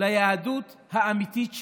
ליהדות האמיתית שלנו,